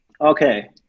Okay